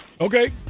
Okay